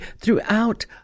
throughout